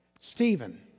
Stephen